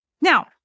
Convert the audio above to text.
Now